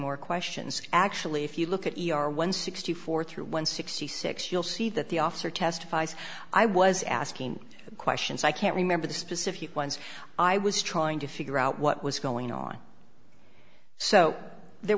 more questions actually if you look at our one sixty four through one sixty six you'll see that the officer testifies i was asking questions i can't remember the specific ones i was trying to figure out what was going on so there